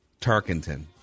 Tarkenton